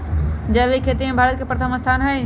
जैविक खेती में भारत के प्रथम स्थान हई